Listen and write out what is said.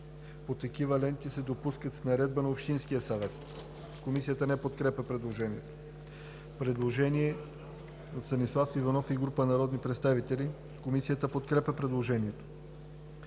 по такива ленти се допуска с наредба на общинския съвет.“ Комисията не подкрепя предложението. Предложение от Станислав Иванов и група народни представители. Комисията подкрепя предложението.